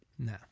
No